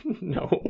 No